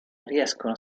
riescono